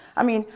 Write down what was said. i mean,